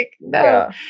no